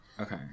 Okay